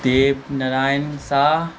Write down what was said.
Dev Narayan Shah